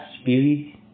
spirit